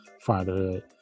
fatherhood